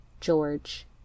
George